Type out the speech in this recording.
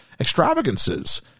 extravagances